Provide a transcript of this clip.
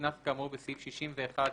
קנס כאמור בסעיף 61(א)(4)